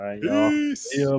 Peace